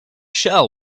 shell